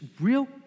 real